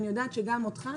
ואני יודעת שגם אותך,